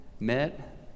Met